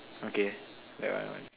okay that one one